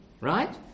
right